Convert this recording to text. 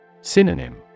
Synonym